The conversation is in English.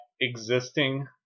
existing